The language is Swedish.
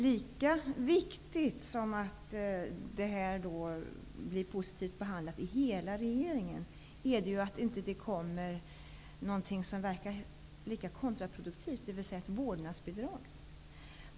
Lika viktigt som att denna fråga blir positivt behandlad inom hela regeringen är det ju att det inte kommer någonting som kan verka kontraproduktivt, dvs. ett vårdnadsbidrag.